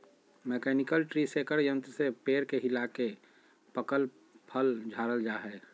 mechanical tree shaker यंत्र से पेड़ के हिलाके पकल फल झारल जा हय